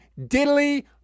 diddly